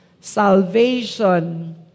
salvation